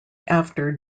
after